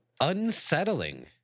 unsettling